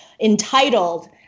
entitled